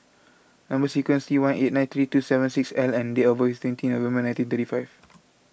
Number Sequence is T one eight nine three two seven six L and date of birth is twenty November nineteen thirty five